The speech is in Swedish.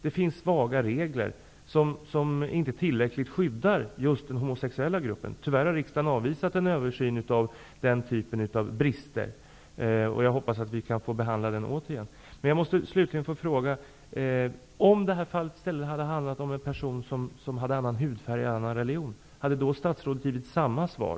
Det finns vaga regler, som inte tillräckligt skyddar just den homosexuella gruppen. Tyvärr har riksdagen avvisat en översyn av den typen av brister, och jag hoppas att vi får möjlighet att på nytt behandla den frågan. Om det här i stället hade handlat om en person med annan hudfärg eller annan religion, hade då statsrådet givit samma svar?